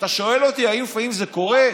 אתה שואל אותי: האם לפעמים זה קורה,